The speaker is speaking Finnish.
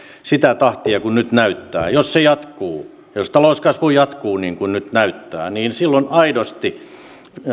sitä tahtia kuin miltä nyt näyttää jos se jatkuu jos talouskasvu jatkuu niin kuin nyt näyttää niin silloin aidosti